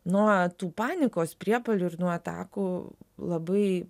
nuo tų panikos priepuolių ir nuo atakų labai